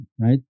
Right